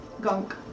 gunk